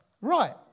Right